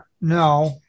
no